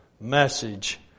message